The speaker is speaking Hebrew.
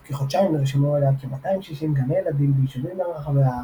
תוך כחודשיים נרשמו אליה כ-260 גני ילדים וישובים ברחבי הארץ,